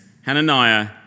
Hananiah